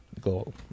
goal